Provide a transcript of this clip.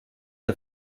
der